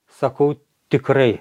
sakau tikrai